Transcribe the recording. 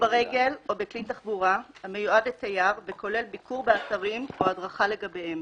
ברגל או בכלי תחבורה המיועד לתייר וכולל ביקור באתרים או הדרכה לגביהם,